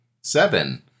seven